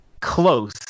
Close